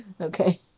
Okay